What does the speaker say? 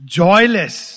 joyless